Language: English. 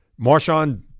Marshawn